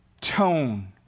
tone